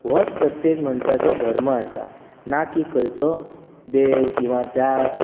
होच प्रत्येक मनशाचो धर्म आसा ना की खंयचो देव किंवा त्या